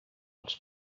els